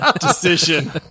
decision